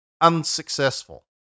unsuccessful